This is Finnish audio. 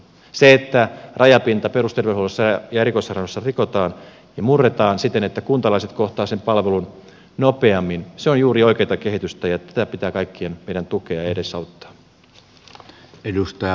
se että rajapinta perusterveydenhuollossa ja erikoissairaanhoidossa rikotaan ja murretaan siten että kuntalaiset kohtaavat sen palvelun nopeammin on juuri oikeata kehitystä ja tätä pitää kaikkien meidän tukea ja edesauttaa